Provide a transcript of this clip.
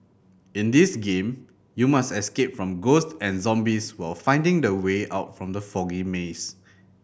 in this game you must escape from ghosts and zombies while finding the way out from the foggy maze